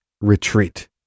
retreat